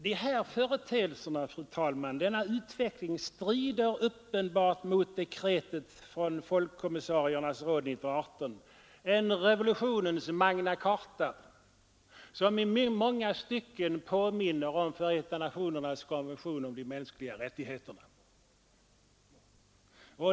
De här företeelserna och denna utveckling strider, fru talman, uppenbart mot dekretet från folkkommissariernas råd 1918 — en ryska revolutionens Magna charta som i många stycken påminner om Förenta nationernas konvention om de mänskliga rättigheterna.